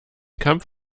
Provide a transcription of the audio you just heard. kampf